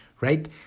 right